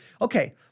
okay